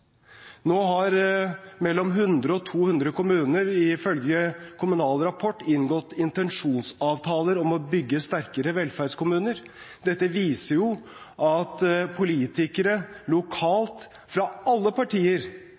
Nå har mellom 100 og 200 kommuner ifølge Kommunal Rapport inngått intensjonsavtaler om å bygge sterkere velferdskommuner. Dette viser at politikere lokalt fra alle partier